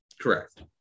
correct